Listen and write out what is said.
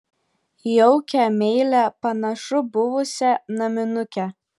jaukią meilią panašu buvusią naminukę